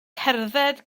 cerdded